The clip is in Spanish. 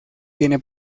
tiene